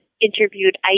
interviewed